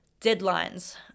deadlines